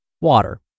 Water